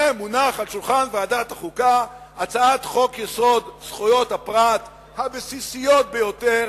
על שולחן ועדת החוקה תונח הצעת חוק-יסוד זכויות הפרט הבסיסיות ביותר,